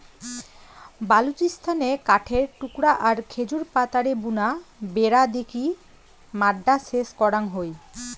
বালুচিস্তানে কাঠের টুকরা আর খেজুর পাতারে বুনা বেড়া দিকি মাড্ডা সেচ করাং হই